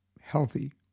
healthy